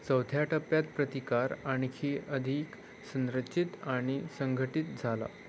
चौथ्या टप्प्यात प्रतिकार आणखी अधिक संरचित आणि संघटित झाला